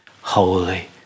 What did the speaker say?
holy